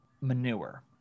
Manure